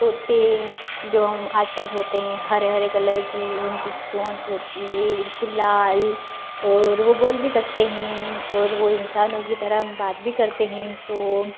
तोते जो हम आसपास होते हैं हरे हरे कलर की उनकी चोंच होती है बिल्कुल लाल और वह बोल भी सकते हैं और वह इंसानों की तरह बात भी करते हैं तो